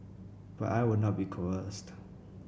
but I will not be coerced